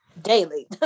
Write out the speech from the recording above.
daily